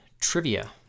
trivia